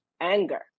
anger